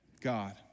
God